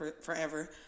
forever